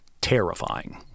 terrifying